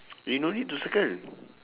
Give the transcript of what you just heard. you no need to circle